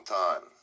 time